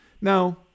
Now